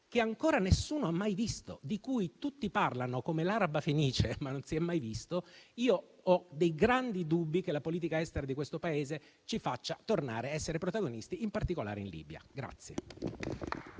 che ancora nessuno ha mai visto - tutti ne parlano, come l'araba fenice, ma non lo si è mai visto - ho dei grandi dubbi che la politica estera di questo Paese ci faccia tornare ad essere protagonisti, in particolare in Libia.